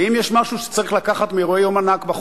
אם יש משהו שצריך לקחת מאירוע יום הנכבה,